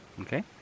Okay